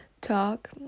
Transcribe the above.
talk